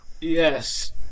Yes